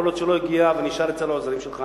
יכול להיות שהוא לא הגיע ונשאר אצל העוזרים שלך.